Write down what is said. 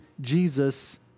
Jesus